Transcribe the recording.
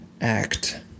act